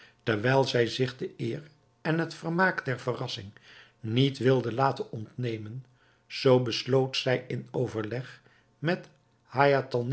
terwijl zij zich de eer en het vermaak der verrassing niet wilde laten ontnemen zoo besloot zij in overleg met